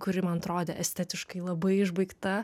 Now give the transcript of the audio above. kuri man atrodė estetiškai labai išbaigta